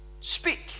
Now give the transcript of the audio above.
Speak